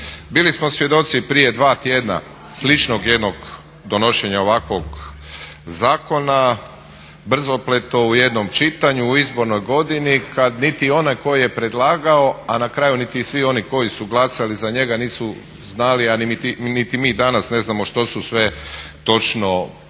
Bili smo svjedoci prije dva tjedna sličnog jednog donošenja ovakvog zakona, brzopleto u jednom čitanju u izbornoj godini kad niti onaj koji je predlagao, a na kraju niti svi oni koji su glasali za njega nisu znali, a niti mi danas ne znamo što su sve točno izglasali.